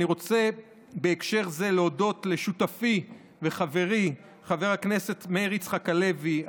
אני רוצה בהקשר זה להודות לשותפי וחברי חבר הכנסת מאיר יצחק הלוי,